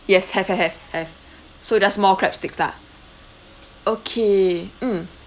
yes have have have have so just more crab sticks lah okay mm